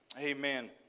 Amen